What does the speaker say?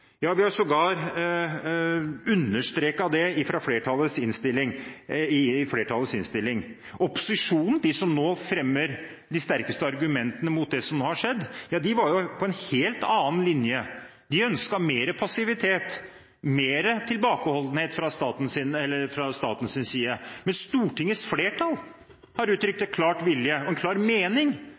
Ja, vi har sågar understreket det i flertallets innstilling. Opposisjonen, de som nå fremmer de sterkeste argumentene mot det som nå har skjedd, de var jo på en helt annen linje. De ønsket mer passivitet, mer tilbakeholdenhet fra statens side, men Stortingets flertall har uttrykt en klar vilje, en klar mening,